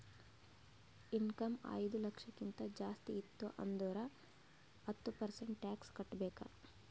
income ಐಯ್ದ ಲಕ್ಷಕ್ಕಿಂತ ಜಾಸ್ತಿ ಇತ್ತು ಅಂದುರ್ ಹತ್ತ ಪರ್ಸೆಂಟ್ ಟ್ಯಾಕ್ಸ್ ಕಟ್ಟಬೇಕ್